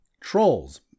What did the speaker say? Trolls